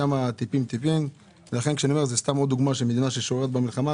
נקודות זיכוי יינתנו לעולים יהודים על פי ההלכה.